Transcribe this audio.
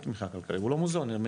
לכל עשרת